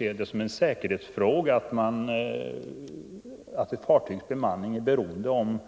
Men det faktum att ett fartygs bemanning är beroende av om